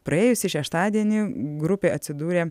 praėjusį šeštadienį grupė atsidūrė